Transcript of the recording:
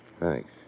Thanks